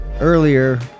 Earlier